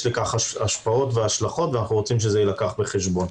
לכך השפעות והשלכות ואנחנו רוצים שזה יילקח בחשבון.